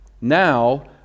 now